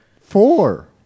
four